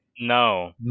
No